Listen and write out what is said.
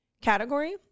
category